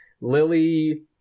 Lily